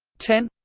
ten